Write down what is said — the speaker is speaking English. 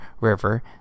river